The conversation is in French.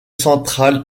centrales